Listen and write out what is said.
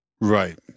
right